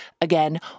again